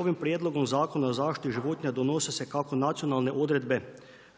ovim prijedlogom Zakona o zaštiti životinja donose se kako nacionalne odredbe